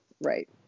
Right